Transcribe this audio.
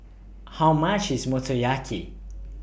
How much IS Motoyaki